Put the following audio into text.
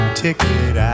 ticket